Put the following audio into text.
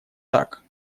так